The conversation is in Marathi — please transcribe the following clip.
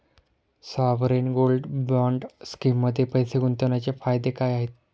सॉवरेन गोल्ड बॉण्ड स्कीममध्ये पैसे गुंतवण्याचे फायदे काय आहेत?